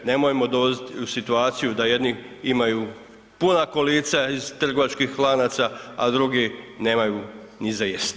Nemojmo doći u situaciju da jedni imaju puna kolica iz trgovačkih lanaca, a drugi nemaju ni za jesti.